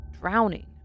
drowning